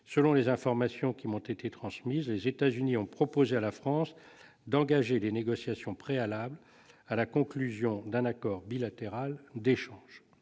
Selon les informations qui m'ont été transmises, les États-Unis ont proposé à la France d'engager les négociations préalables à la conclusion d'un accord bilatéral d'échange.